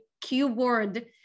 keyword